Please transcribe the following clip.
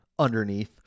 underneath